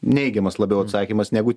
neigiamas labiau atsakymas negu